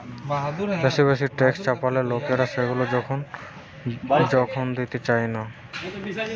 বেশি বেশি ট্যাক্স চাপালে লোকরা সেগুলা যখন দিতে চায়না